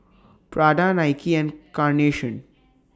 Prada Nike and Carnation